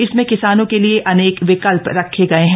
इसमें किसानों के लिए अनेक विकल्ध रखे गये हैं